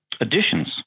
additions